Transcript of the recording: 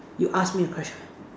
you ask me a question